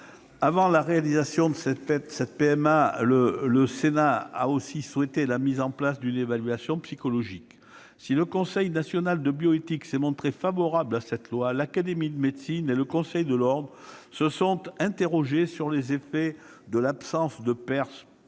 Avant la réalisation de cette PMA, le Sénat a aussi souhaité la mise en place d'une évaluation psychologique. Si le Comité consultatif national d'éthique s'est montré favorable à cette loi, l'Académie nationale de médecine et le Conseil de l'ordre se sont interrogés sur les effets de l'absence de père